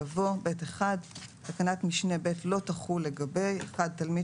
יבוא: "(ב1) תקנת משנה (ב) לא תחול לגבי תלמיד